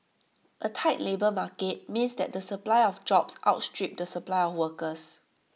A tight labour market means that the supply of jobs outstrip the supply of workers